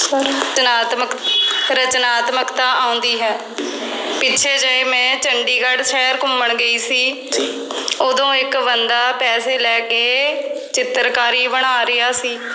ਰਤਨਾਤਮਕ ਰਚਨਾਤਮਕਤਾ ਆਉਂਦੀ ਹੈ ਪਿੱਛੇ ਜਿਹੇ ਮੈਂ ਚੰਡੀਗੜ੍ਹ ਸ਼ਹਿਰ ਘੁੰਮਣ ਗਈ ਸੀ ਉਦੋਂ ਇੱਕ ਬੰਦਾ ਪੈਸੇ ਲੈ ਕੇ ਚਿੱਤਰਕਾਰੀ ਬਣਾ ਰਿਹਾ ਸੀ